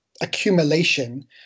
accumulation